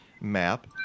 map